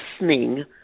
listening